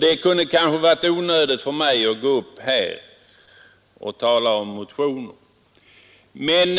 Det kunde kanske ha varit onödigt för mig att gå upp här och tala om motionen, men